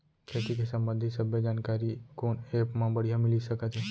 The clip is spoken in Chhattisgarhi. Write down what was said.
खेती के संबंधित सब्बे जानकारी कोन एप मा बढ़िया मिलिस सकत हे?